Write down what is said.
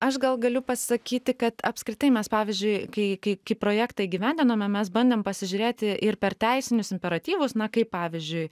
aš gal galiu pasakyti kad apskritai mes pavyzdžiui kai kai kai projektą įgyvendinom mes bandėm pasižiūrėti ir per teisinius imperatyvus na kaip pavyzdžiui